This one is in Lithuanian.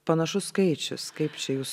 panašus skaičius kaip čia jūs